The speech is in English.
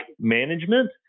management